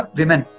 women